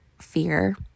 fear